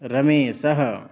रमेशः